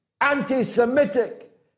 anti-Semitic